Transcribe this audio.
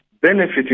benefiting